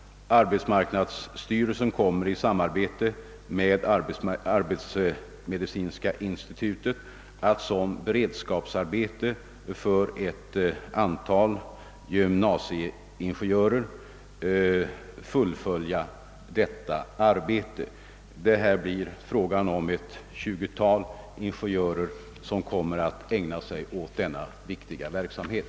Arbetsmarknadsstyrelsen kommer nämligen i samarbete med arbetsmedicinska institutet att som beredskapsarbete för ett antal gymnasieingenjörer fullfölja denna uppgift. Ett tjugotal ingenjörer kommer att ägna sig åt denna viktiga verksamhet.